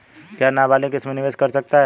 क्या नाबालिग इसमें निवेश कर सकता है?